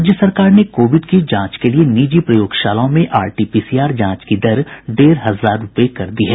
राज्य सरकार ने कोविड की जांच के लिए निजी प्रयोगशालाओं में आरटीपीसीआर जांच की दर डेढ़ हजार रूपये कर दी है